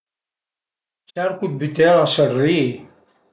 Cercu dë bütela s'ël ri-i